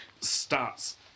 starts